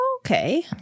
okay